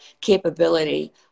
capability